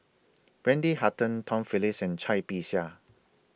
Wendy Hutton Tom Phillips and Cai Bixia